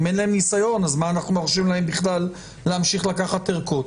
אם אין להם ניסיון אז מה אנחנו מרשים להם בכלל להמשיך לקחת ערכות.